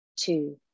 two